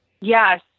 yes